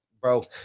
bro